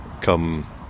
come